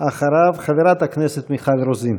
אחריו, חברת הכנסת מיכל רוזין.